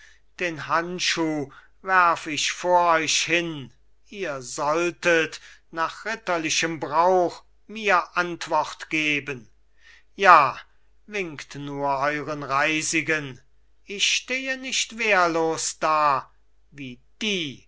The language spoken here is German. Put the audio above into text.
den handschuh wärf ich vor euch hin ihr solltet nach ritterlichem brauch mir antwort geben ja winkt nur euren reisigen ich stehe nicht wehrlos da wie die